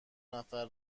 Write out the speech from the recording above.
نفر